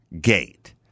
gate